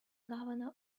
governor